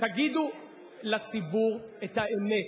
תגידו לציבור את האמת,